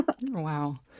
wow